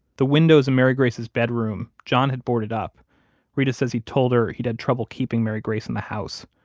the windows in mary grace's bedroom, john had boarded up reta says he told her he'd had trouble keeping mary grace in the house.